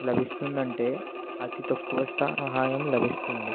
లభిస్తుంది అంటే అతి తక్కువ సహాయం లభిస్తుంది